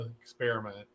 experiment